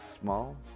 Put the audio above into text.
small